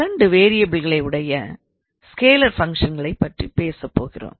இரண்டு வேரியபில்களை உடைய ஸ்கேலார் ஃபங்க்ஷன்களை பற்றிப் பேச போகிறோம்